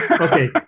Okay